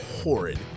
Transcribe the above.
horrid